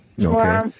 Okay